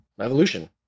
evolution